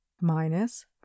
minus